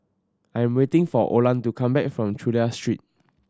I'm waiting for Olan to come back from Chulia Street